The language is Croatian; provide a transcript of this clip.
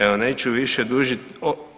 Evo, neću više dužiti.